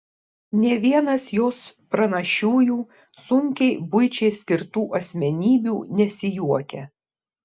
nė vienas jos pranašiųjų sunkiai buičiai skirtų asmenybių nesijuokia